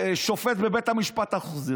לשופט בבית המשפט המחוזי.